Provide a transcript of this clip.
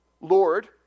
Lord